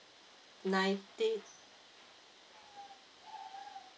nineteen